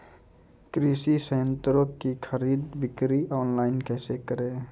कृषि संयंत्रों की खरीद बिक्री ऑनलाइन कैसे करे?